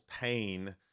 pain